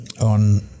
on